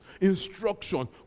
instruction